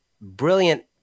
brilliant